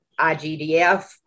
IGDF